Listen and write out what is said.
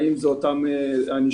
האם זאת אותה ענישה.